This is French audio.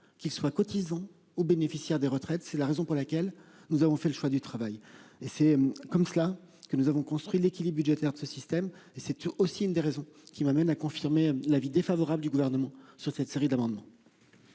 qu'ils soient cotisants aux bénéficiaires des retraites. C'est la raison pour laquelle nous avons fait le choix du travail et c'est comme cela que nous avons construit l'équilibre budgétaire de ce système et c'est aussi une des raisons qui m'amènent à confirmer l'avis défavorable du gouvernement sur cette série d'amendements.